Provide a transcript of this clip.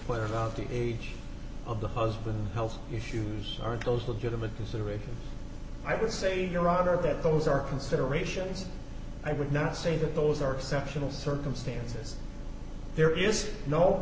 about the age of the husband health issues aren't those legitimate considerations i would say your honor that those are considerations i would not say that those are exceptional circumstances there is no